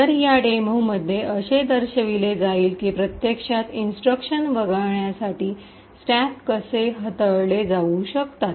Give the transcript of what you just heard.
तर या डेमोमध्ये असे दर्शविले जाईल की प्रत्यक्षात इंस्ट्रक्शन वगळण्यासाठी स्टॅक कसे हाताळले जाऊ शकतात